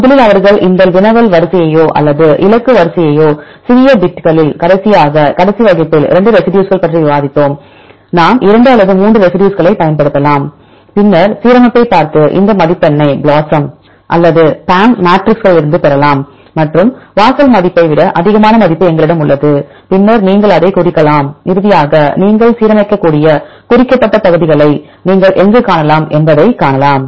முதலில் அவர்கள் இந்த வினவல் வரிசையையோ அல்லது இலக்கு வரிசையையோ சிறிய பிட்களில் கடைசியாக கடைசி வகுப்பில் 2 ரெசி டியூஸ்க்கள் பற்றி விவாதித்தோம் நாம் 2 அல்லது 3 ரெசி டியூஸ்க்களைப் பயன்படுத்தலாம் பின்னர் சீரமைப்பைப் பார்த்து இந்த மதிப்பெண்ணை BLOSUM அல்லது PAM மேட்ரிக்ஸிலிருந்து பெறலாம் மற்றும் வாசல் மதிப்பை விட அதிகமான மதிப்பு எங்களிடம் உள்ளது பின்னர் நீங்கள் அதைக் குறிக்கலாம் இறுதியாக நீங்கள் சீரமைக்கக்கூடிய குறிக்கப்பட்ட பகுதிகளை நீங்கள் எங்கு காணலாம் என்பதைக் காணலாம்